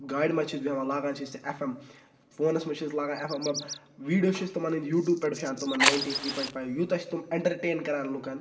گاڑِ منٛز چھِ أسۍ بیٚہوان لاگان چھِ أسۍ اٮ۪ف اٮ۪م فونَس منٛز چھِ أسۍ لاگان اٮ۪ف اٮ۪م مطلب ویٖڈیو چھِ أسۍ تمَن ہٕنٛدۍ یوٗٹوٗب پٮ۪ٹھ وٕچھَن تمَن ناینٹی تھِرٛی پویِنٛٹ فایو یوٗتاہ چھِ تم اٮ۪نٹَرٛٹین کَران لُکَن